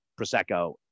prosecco